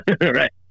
right